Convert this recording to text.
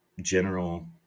general